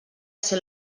ser